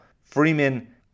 Freeman